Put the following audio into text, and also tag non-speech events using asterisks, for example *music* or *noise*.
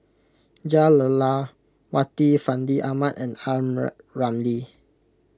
Jah Lelawati Fandi Ahmad and *unintelligible* Ramli